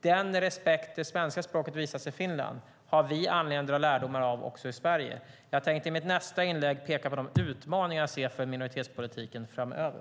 Den respekt för det svenska språket som visas i Finland har vi anledning att dra lärdomar av i Sverige. Jag tänker i mitt nästa inlägg peka på de utmaningar jag ser för minoritetspolitiken framöver.